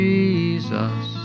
Jesus